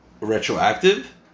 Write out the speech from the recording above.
retroactive